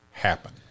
happen